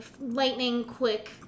lightning-quick